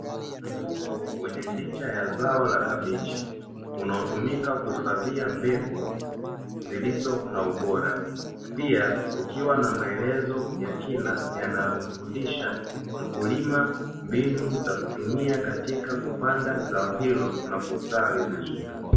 Mfuko wenye picha ya zao la kabichi, unaotumika kuhifadhia mbegu zilizo na ubora. Pia ukiwa na maelezo ya kina yanaomfundisha mkulima, mbinu za kutumia katika kupanda zao hilo na kustawi vizuri.